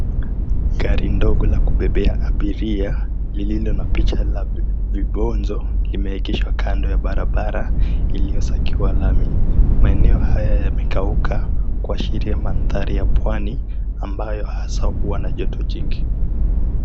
Gari ndogo la kubebea abiria lililo na picha la vibonzo limeegeshwa kando ya barabara iliyosakiwa lami. Maeneo haya yamekauka kuashiria mandhari ya Pwani ambayo hasa huwa na joto jingi.